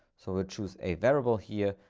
so which was a variable here,